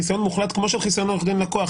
חיסיון מוחלט כמו של חיסיון עורך דין-לקוח,